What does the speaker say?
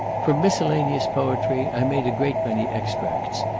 from miscellaneous poetry i made a great many extracts,